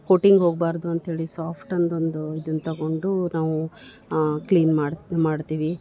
coating ಹೋಗಬಾರ್ದು ಅಂಥೇಳಿ soft ಅಂದೊಂದು ಇದನ್ನ ತಗೊಂಡು ನಾವು ಕ್ಲೀನ್ ಮಾಡ್ತಾ ಮಾಡ್ತೀವಿ